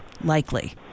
likely